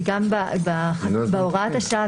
כי גם בהוראת השעה